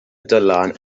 dylan